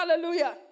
Hallelujah